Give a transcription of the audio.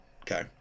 okay